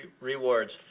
rewards